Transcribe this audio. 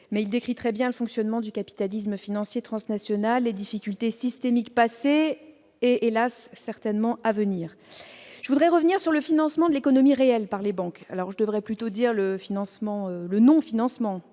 cela a été dit -le fonctionnement du capitalisme financier transnational et les difficultés systémiques passées et, hélas, certainement à venir. Je voudrais revenir sur le financement de l'économie réelle par les banques. Je devrais plutôt parler de non-financement,